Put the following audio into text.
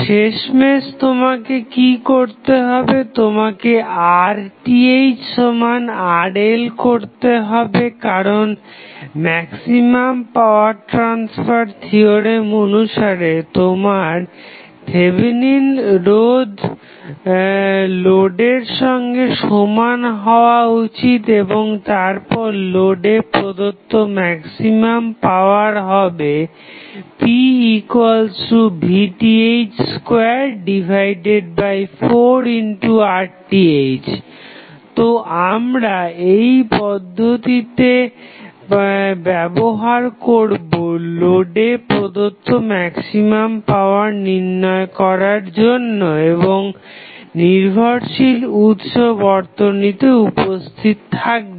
শেষমেশ তোমাকে কি করতে হবে তোমাকে RTh সমান RL করতে হবে কারণ ম্যাক্সিমাম পাওয়ার ট্রাসফার থিওরেম অনুসারে তোমার থেভেনিন রোধ লোডের সঙ্গে সমান হওয়া উচিত এবং তারপর লোডে প্রদত্ত ম্যাক্সিমাম পাওয়ার হবে pVTh24RTh তো আমরা এই পদ্ধতিটিকে ব্যবহার করবো লোডে প্রদত্ত ম্যাক্সিমাম পাওয়ার নির্ণয় করার জন্য যখন নির্ভরশীল উৎস বর্তনীতে উপস্থিত থাকবে